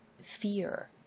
fear